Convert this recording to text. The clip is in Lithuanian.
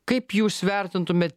kaip jūs vertintumėt